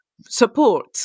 support